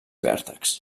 vèrtex